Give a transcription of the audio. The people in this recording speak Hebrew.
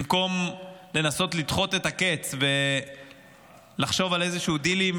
במקום לנסות לדחות את הקץ ולחשוב על דילים